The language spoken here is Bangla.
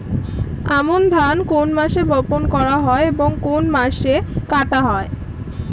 আমন ধান কোন মাসে বপন করা হয় ও কোন মাসে কাটা হয়?